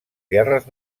guerres